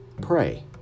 Pray